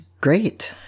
great